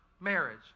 marriage